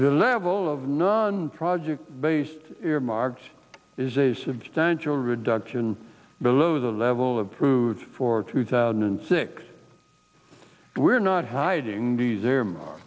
the level of none project based earmarks is a substantial reduction below the level of food for two thousand and six we're not hiding